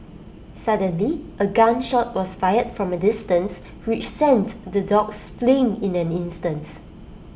suddenly A gun shot was fired from A distance which sent the dogs fleeing in an instant